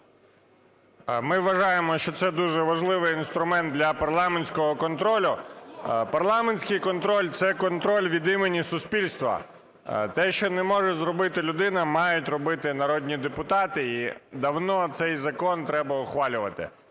Ми вважаємо, що дуже важливий інструмент для парламентського контролю. Парламентський контроль – це контроль від імені суспільства. Те, що не може зробити людина, мають робити народні депутати. І давно цей закон треба ухвалювати.